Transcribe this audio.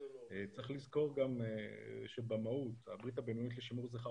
צריך לזכור שבמהות הברית הבין-לאומית לשימור זכר